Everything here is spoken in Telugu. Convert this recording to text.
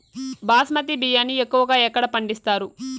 బాస్మతి బియ్యాన్ని ఎక్కువగా ఎక్కడ పండిస్తారు?